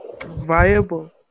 viable